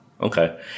Okay